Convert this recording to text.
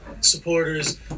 supporters